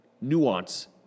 nuance